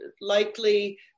likely